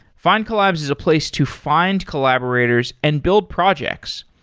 findcollabs is a place to find collaborators and build projects.